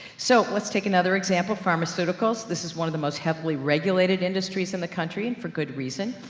so let's take another example, pharmaceuticals. this is one of the most heavily regulated industries in the country and for good reason.